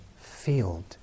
field